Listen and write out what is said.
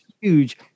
huge